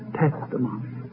testimony